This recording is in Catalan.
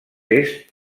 est